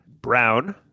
brown